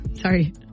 sorry